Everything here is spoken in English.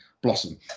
blossom